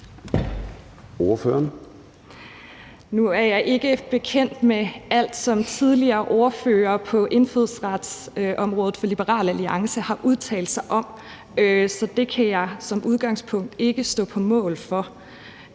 Nu er jeg ikke bekendt med alt, som tidligere ordførere på indfødsretsområdet for Liberal Alliance har udtalt sig om, så det kan jeg som udgangspunkt ikke stå på mål for.